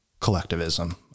collectivism